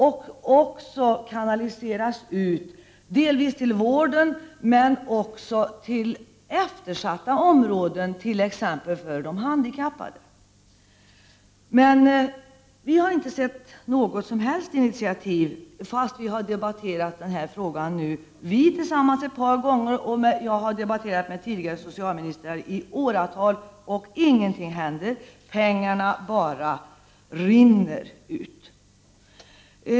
De skulle även kunna kanaliseras till vården och eftersatta områden som t.ex. till de handikappade. Vi har inte sett några som helst initiativ, fastän Sven Hulterström och jag har debatterat denna fråga ett par gånger. Jag har också debatterat med tidigare socialministrar i åratal, men ingenting händer. Pengarna bara rinner ut!